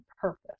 purpose